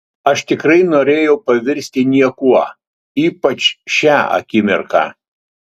aš tikrai norėjau pavirsti niekuo ypač šią akimirką